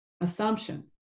assumption